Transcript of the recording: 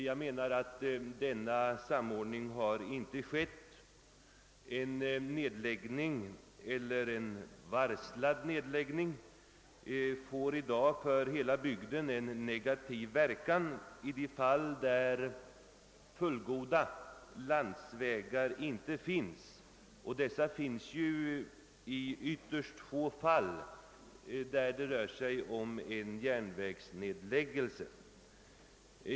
Jag menar att en sådan samordning inte har kommit till stånd. En varslad nedläggning får i dag negativ verkan för hela bygden såvida fullgoda landsvägar inte finns, och sådana finns ju i ytterst få fall där en järnvägsnedläggelse är aktuell.